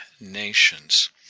nations